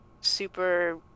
super